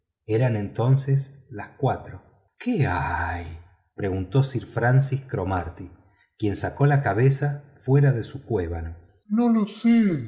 eran entonces las cuatro qué hay preguntó sir francis cromarty quien sacó la cabeza fuera de su cuévano no lo sé